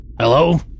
Hello